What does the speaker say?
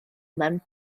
mewn